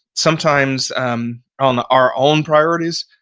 sometimes um on our own priorities,